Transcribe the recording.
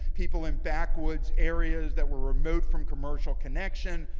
people in backwoods' areas that were removed from commercial connection,